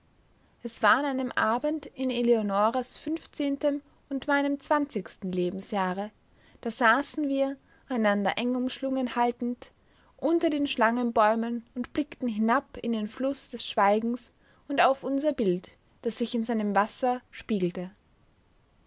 es war an einem abend in eleonoras fünfzehntem und meinem zwanzigsten lebensjahre da saßen wir einander eng umschlungen haltend unter den schlangenbäumen und blickten hinab in den fluß des schweigens und auf unser bild das sich in seinen wassern spiegelte